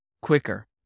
quicker